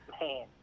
man